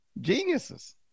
Geniuses